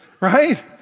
Right